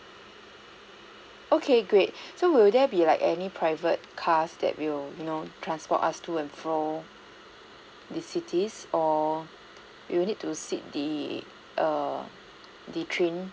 okay great so will there be like any private cars that will you know transport us to and fro the cities or we'll need sit the err the train